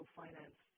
finance